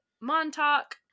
Montauk